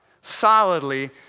solidly